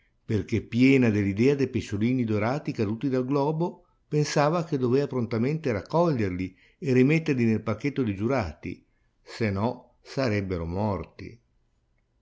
perchè piena dell'idea de pesciolini dorati caduti dal globo pensava che dovea prontamente raccoglierli e rimetterli nel palchetto de giurati se no sarebbero morti